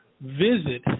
Visit